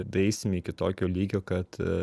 daeisim iki tokio lygio kad